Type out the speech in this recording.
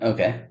Okay